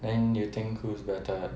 then you think who's better